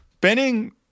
Benning